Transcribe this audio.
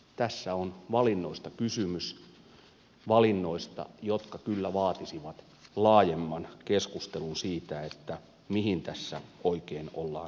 tässä on valinnoista kysymys valinnoista jotka kyllä vaatisivat laajemman keskustelun siitä mihin tässä oikein ollaan menossa